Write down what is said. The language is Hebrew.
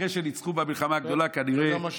אחרי שניצחו במלחמה הגדולה, כנראה,